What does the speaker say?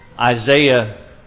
Isaiah